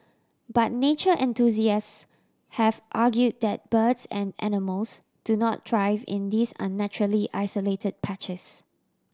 but nature enthusiasts have argued that birds and animals do not thrive in these unnaturally isolated patches